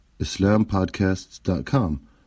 islampodcasts.com